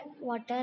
Water